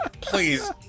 Please